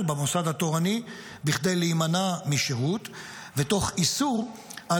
במוסד התורני בכדי להימנע משירות ותוך איסור על